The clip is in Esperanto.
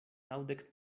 naŭdek